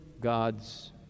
God's